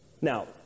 Now